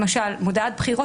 למשל מודעת בחירות,